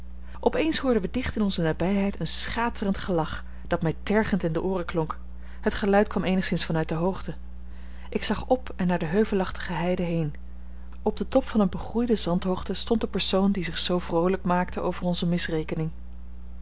op eens hoorden we dicht in onze nabijheid een schaterend gelach dat mij tergend in de ooren klonk het geluid kwam eenigszins van uit de hoogte ik zag op en naar de heuvelachtige heide heen op den top van eene begroeide zandhoogte stond de persoon die zich zoo vroolijk maakte over onze misrekening